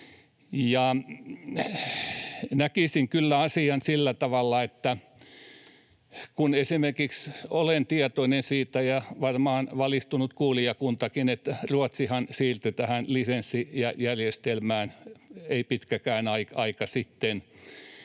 Näkisin kyllä asian sillä tavalla, että kun esimerkiksi olen tietoinen siitä, ja varmaan valistunut kuulijakuntakin, että Ruotsihan siirtyi tähän lisenssijärjestelmään ei pitkäkään aika sitten,